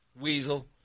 Weasel